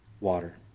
water